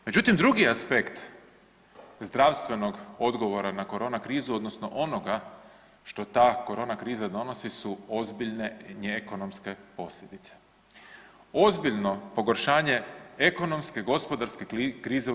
Međutim, drugi aspekt zdravstvenog odgovora na korona krizu odnosno onoga što ta korona kriza donosi su ozbiljne ekonomske posljedice, ozbiljno pogoršanje ekonomske gospodarske krize u RH.